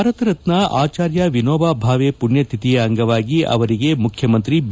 ಭಾರತರತ್ನ ಆಚಾರ್ಯ ವಿನೋಬಾ ಭಾವೆ ಮಣ್ಯತಿಥಿಯ ಅಂಗವಾಗಿ ಅವರಿಗೆ ಮುಖ್ಯಮಂತ್ರಿ ಬಿ